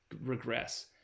regress